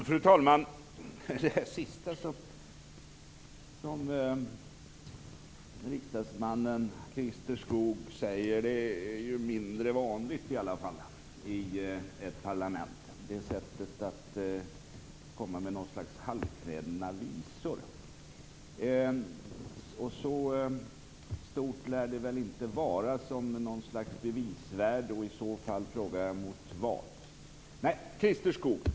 Fru talman! Sådana halvkvädna visor som det där sista uttalandet från riksdagsmannen Christer Skoog är mindre vanliga i ett parlament. Så märkvärdigt lär det väl inte vara att det har något slags bevisvärde. För eller mot vad? frågar jag mig i så fall.